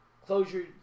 Closure